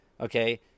okay